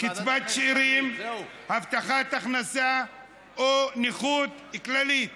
קצבת שאירים, הבטחת הכנסה או נכות כללית